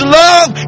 love